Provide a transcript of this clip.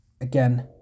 again